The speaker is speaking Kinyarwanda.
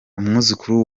umwuzukuru